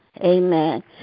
Amen